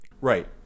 Right